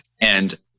And-